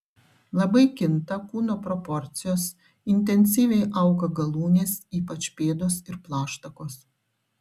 labai kinta kūno proporcijos intensyviai auga galūnės ypač pėdos ir plaštakos